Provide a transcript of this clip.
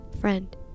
Friend